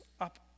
up